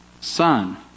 son